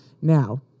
Now